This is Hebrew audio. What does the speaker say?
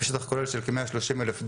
בשטח כולל של כ-130 אלף דונם,